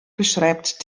beschreibt